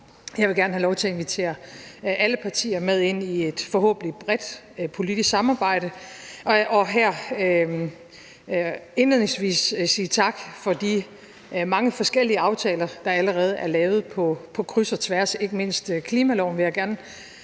jeg vil gerne have lov til at invitere alle partier med ind i et forhåbentlig bredt politisk samarbejde og her indledningsvis sige tak for de mange forskellige aftaler, der allerede er lavet på kryds og tværs. Ikke mindst klimaloven vil jeg gerne